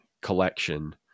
collection